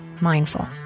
mindful